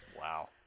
Wow